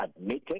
admitted